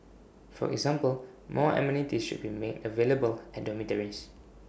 for example more amenities should be made available at dormitories